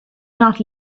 not